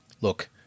look